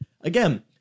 Again